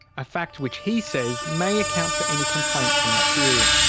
a fact which he says may account for any complaints from that period.